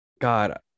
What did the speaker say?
God